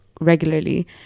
regularly